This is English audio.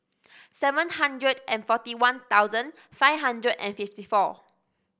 seven hundred and forty one thousand five hundred and fifty four